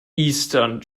eastern